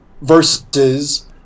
versus